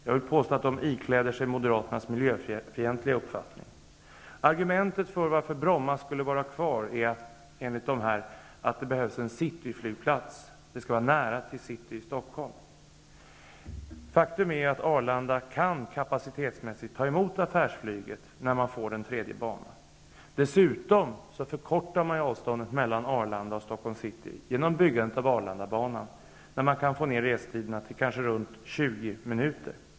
Jag vill påstå att Centern och Folkpartiet anammat Moderaternas miljöfientliga uppfattning. Argumentet enligt dessa partier för att behålla Bromma är att det behövs en cityflygplats, att det skall vara nära till Stockholms city. Faktum är att Arlanda kan kapacitetsmässigt ta emot affärsflyget, när den tredje tredje banan är klar. Genom byggandet av Arlandabanan förkortas dessutom avståndet mellan Arlanda och Stockholms city. Resetiderna kan kanske fås ned till 20 min.